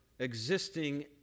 existing